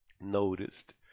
noticed